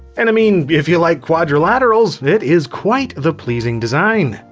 and i mean, if you like quadrilaterals, it is quite the pleasing design.